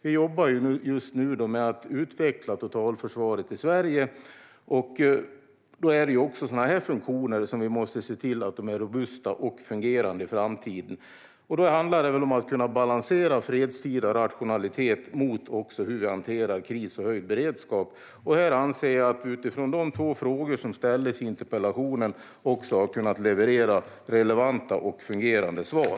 Vi jobbar nu med att utveckla totalförsvaret i Sverige, och vi måste se till att sådana här funktioner är robusta och fungerande i framtiden. Då handlar det om att kunna balansera fredstida rationalitet mot hur vi hanterar kris och höjd beredskap. Jag anser att jag utifrån de två frågor som ställdes i interpellationen har kunnat leverera relevanta och fungerande svar.